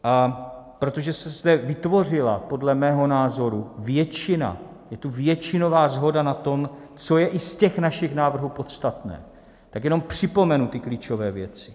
A protože se zde vytvořila podle mého názoru většina, je tu většinová shoda na tom, co je i z našich návrhů podstatné, tak jenom připomenu ty klíčové věci.